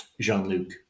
Jean-Luc